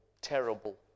terrible